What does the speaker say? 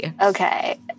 Okay